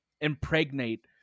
impregnate